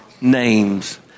names